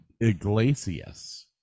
Iglesias